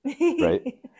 right